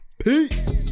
Peace